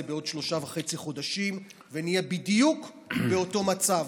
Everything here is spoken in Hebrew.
בעוד שלושה וחצי חודשים ונהיה בדיוק באותו מצב,